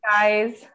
Guys